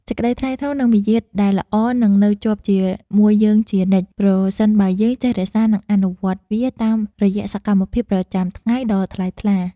សេចក្តីថ្លៃថ្នូរ និង មារយាទដែលល្អនឹងនៅជាប់ជាមួយយើងជានិច្ចប្រសិនបើយើងចេះរក្សានិងអនុវត្តវាតាមរយៈសកម្មភាពប្រចាំថ្ងៃដ៏ថ្លៃថ្លា។